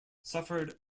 suffered